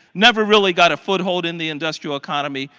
never really got a foothold in the industrial economy.